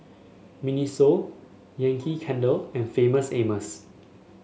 Miniso Yankee Candle and Famous Amos